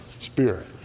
Spirit